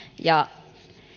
ja